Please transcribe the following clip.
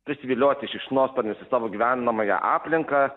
prisivilioti šikšnosparnius į savo gyvenamąją aplinką